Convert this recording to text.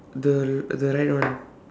the the right one